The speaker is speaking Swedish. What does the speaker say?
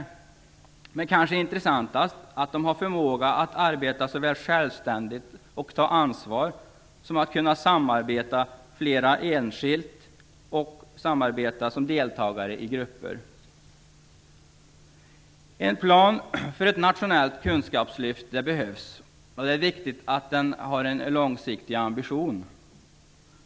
Men det som kanske är mest intressant är att de anställda har förmåga att arbeta såväl självständigt och ta ansvar som att de kan samarbeta med flera enskilt eller som deltagare i grupper. En plan för ett nationellt kunskapslyft behövs, och det är viktigt att den har en långsiktig ambition.